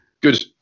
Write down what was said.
Good